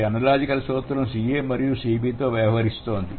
ఈ అనలాజికల్ సూత్రం Ca మరియు Cb తో వ్యవహరిస్తోంది